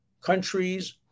Countries